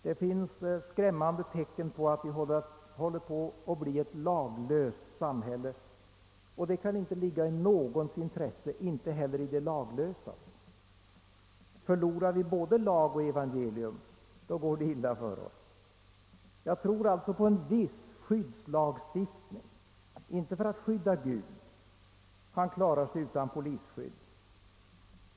Det finns skrämmande tecken på att vi håller på att bli ett laglöst samhälle. Det kan inte ligga i någons intresse, inte heller i de laglösas. Förlorar vi både lag och evangelium, då går det illa för oss. Jag tror alltså på en viss skyddslagstiftning. Inte för att skydda Gud, han klarar sig utan polisskydd.